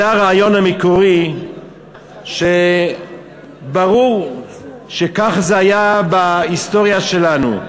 זה הרעיון המקורי שברור שכך זה היה בהיסטוריה שלנו.